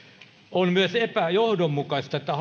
on myös epäjohdonmukaista että